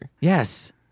yes